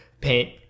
Paint